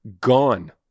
gone